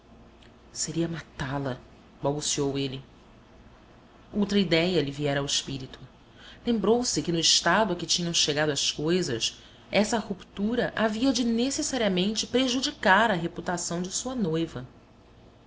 seria matá-la balbuciou ele outra idéia lhe viera ao espírito lembrou-se que no estado a que tinham chegado as coisas essa ruptura havia de necessariamente prejudicar a reputação de sua noiva